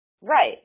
Right